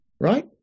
right